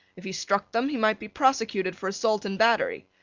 if he struck them he might be prosecuted for assault and battery.